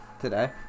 today